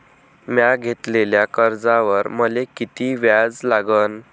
म्या घेतलेल्या कर्जावर मले किती व्याज लागन?